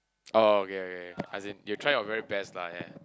orh okay okay as in you try your very best lah ya